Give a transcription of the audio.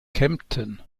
kempten